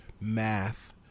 math